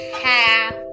half